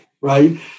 right